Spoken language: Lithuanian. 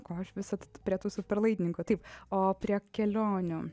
ko aš visad prie tų superlaidininkų taip o prie kelionių